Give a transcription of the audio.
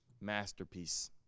Masterpiece